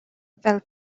fel